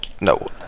no